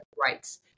rights